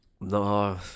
no